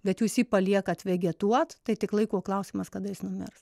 bet jūs jį paliekat vegetuot tai tik laiko klausimas kada jis numirs